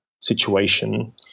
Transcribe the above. situation